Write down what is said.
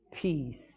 Peace